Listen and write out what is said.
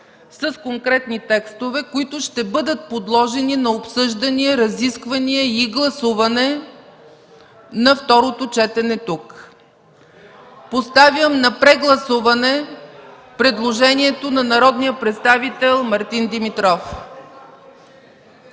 с конкретни текстове, които ще бъдат подложени на обсъждания, разисквания и гласуване на второто четене тук. Поставям на прегласуване предложението на народния представител Мартин Димитров.